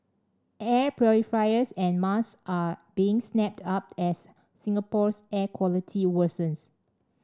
air purifiers and masks are being snapped up as Singapore's air quality worsens